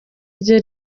ryo